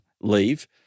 leave